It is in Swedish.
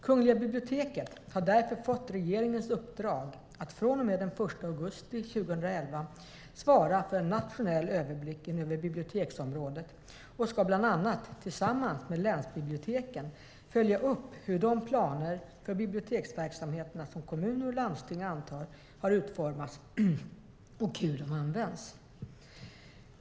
Kungliga biblioteket har därför fått regeringens uppdrag att från och med den 1 augusti 2011 svara för en nationell överblick över biblioteksområdet och ska bland annat tillsammans med länsbiblioteken följa upp hur de planer för biblioteksverksamheterna som kommuner och landsting antar har utformats och hur de används.